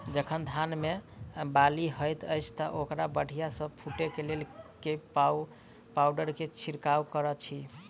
जखन धान मे बाली हएत अछि तऽ ओकरा बढ़िया सँ फूटै केँ लेल केँ पावडर केँ छिरकाव करऽ छी?